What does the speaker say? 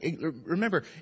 remember